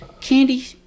Candy